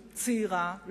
צעירה,